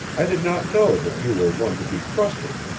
i did not know that you were one to be trusted,